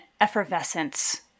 effervescence